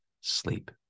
sleep